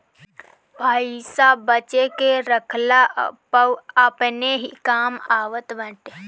पईसा बचा के रखला पअ अपने ही काम आवत बाटे